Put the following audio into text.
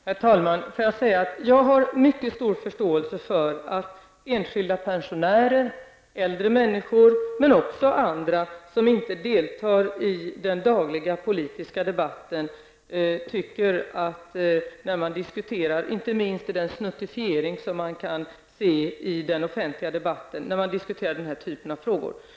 Herr talman! Låt mig säga att jag har mycket stor förståelse för att enskilda pensionärer, äldre människor och andra som inte deltar i den dagliga politiska debatten tycker som debattörerna här, inte minst med hänsyn till den snuttifiering som man kan se i den offentliga debatten av den här typen av frågor.